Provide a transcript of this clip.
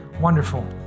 Wonderful